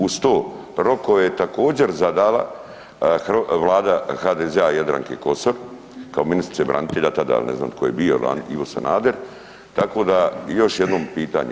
Uz to rokove je također zadala vlada HDZ-a Jadranke Kosor kao ministrice branitelja tada il ne znam tko je bio Ivo Sanader, tako da još jednom pitanje.